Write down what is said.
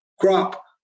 crop